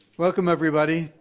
welcome, everybody.